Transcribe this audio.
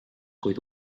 kuid